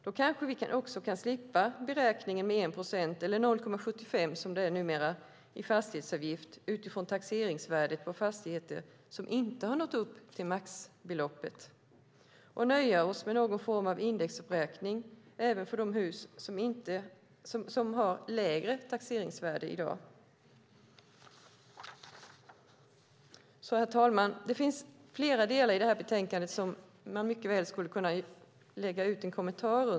Då kanske vi också kan slippa beräkningen med 1 procent, eller 0,75 procent som det är nu, i fastighetsavgift utifrån taxeringsvärdet på fastigheter som inte har nått upp till maxbeloppet och nöja oss med någon form av indexuppräkning även för de hus som har lägre taxeringsvärden i dag. Herr talman! Det finns flera delar i detta betänkande som man mycket väl skulle kunna kommentera.